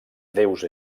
déus